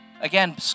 Again